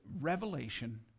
revelation